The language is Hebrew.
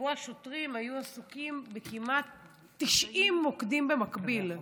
שבו השוטרים היו עסוקים בכמעט 90 מוקדים במקביל,